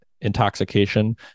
intoxication